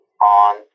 on